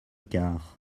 quart